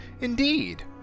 Indeed